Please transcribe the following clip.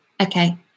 okay